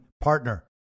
partner